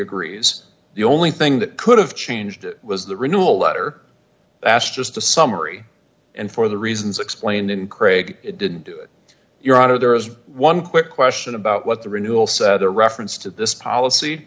agrees the only thing that could have changed it was the renewal letter that's just a summary and for the reasons explained in craig it didn't do it your honor there is one quick question about what the renewal said a reference to this policy